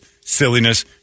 silliness